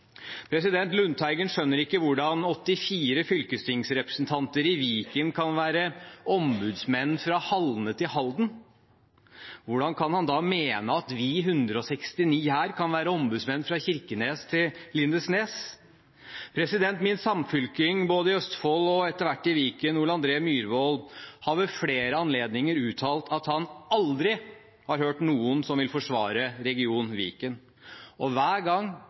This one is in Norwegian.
Lundteigen skjønner ikke hvordan 84 fylkestingsrepresentanter i Viken kan være ombudsmenn fra Halne til Halden. Hvordan kan han da mene at vi 169 her kan være ombudsmenn fra Kirkenes til Lindesnes? Min samfylking i Østfold, og etter hvert Viken, representanten Ole André Myhrvold har ved flere anledninger uttalt at han aldri har hørt noen som vil forsvare region Viken, og hver gang